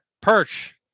perch